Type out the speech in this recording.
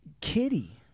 Kitty